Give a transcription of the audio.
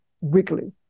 weekly